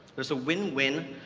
there's a win-win